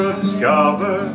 discover